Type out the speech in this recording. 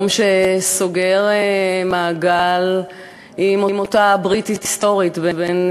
יום שסוגר מעגל עם אותה ברית היסטורית בין